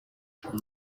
ubu